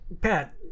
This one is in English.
Pat